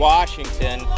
Washington